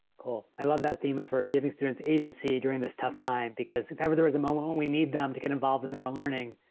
cool, i love that theme of sort of giving students agency during this tough time. because if ever there was a moment when we need them to get involved in their own learning